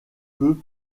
peut